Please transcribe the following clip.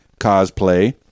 cosplay